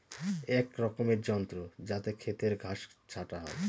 এক রকমের যন্ত্র যাতে খেতের ঘাস ছাটা হয়